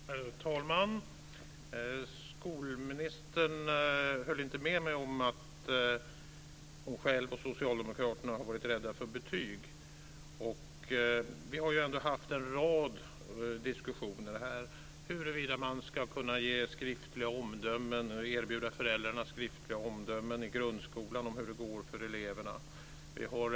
Herr talman! Skolministern höll inte med mig om att hon själv och socialdemokraterna har varit rädda för betyg. Vi har haft en rad diskussioner här huruvida man ska erbjuda föräldrarna skriftliga omdömen om hur det går för eleverna i grundskolan.